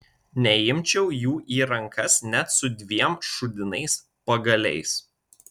neimčiau jų į rankas net su dviem šūdinais pagaliais